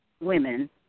women